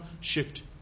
shift